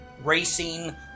racing